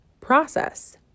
process